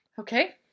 Okay